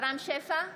רם שפע,